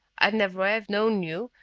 i'd never have known you,